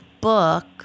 book